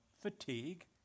fatigue